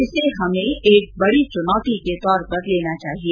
इसे हमें एक बडी चुनौती के तौर पर लेना चाहिए